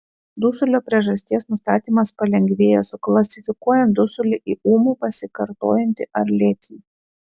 dusulio priežasties nustatymas palengvėja suklasifikuojant dusulį į ūmų pasikartojantį ar lėtinį